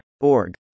Org